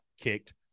kicked